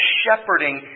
shepherding